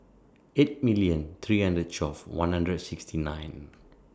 eight million three hundred twelve one hundred sixty nine